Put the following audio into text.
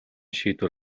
шийдвэр